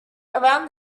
around